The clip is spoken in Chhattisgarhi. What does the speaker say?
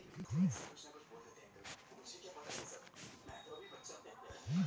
छाता मे दो बूता करत बनबे नी करे ओला दो एगोट हाथे धरेच ले परही